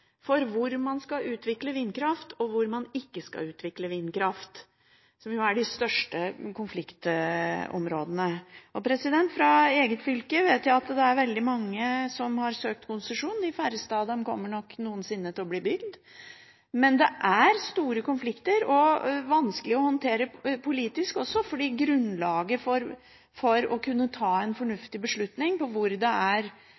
for hvor man skal utvikle vindkraft, og hvor man ikke skal utvikle vindkraft – som er de største konfliktområdene. Fra eget fylke vet jeg at det er veldig mange som har søkt konsesjon. De færreste av dem kommer nok noensinne til å bli realisert, men det er store konflikter og vanskelig å håndtere politisk. Når det gjelder grunnlaget for å kunne ta en fornuftig beslutning om hvor det er